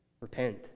repent